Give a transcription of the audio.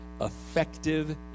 effective